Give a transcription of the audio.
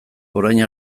orain